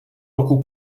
roku